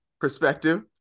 perspective